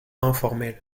informel